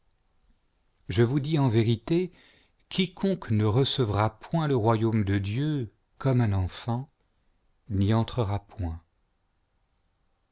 je vous dis en vérité quiconque ne recevra point le royaume de dieu comme un enfant n'y entrera point